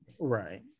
Right